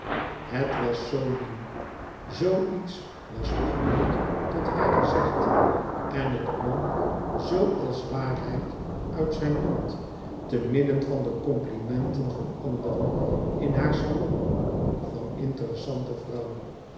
het was zoo nieuw zoo iets was nog nooit tot haar gezegd en het klonk zoo als waarheid uit zijn mond te midden van de complimenten van anderen in haar salon van interessante vrouw